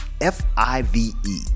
f-i-v-e